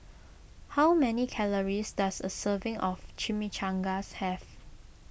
how many calories does a serving of Chimichangas have